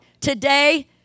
today